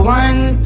one